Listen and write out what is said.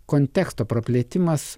konteksto praplėtimas